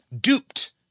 duped